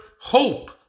hope